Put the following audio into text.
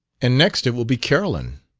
and next it will be carolyn.